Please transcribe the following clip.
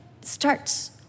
starts